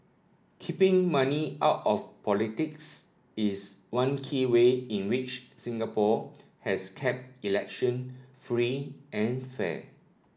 keeping money out of politics is one key way in which Singapore has kept elections free and fair